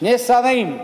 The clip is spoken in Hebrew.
שני שרים.